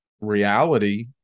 reality